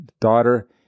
daughter